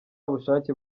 bushake